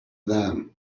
them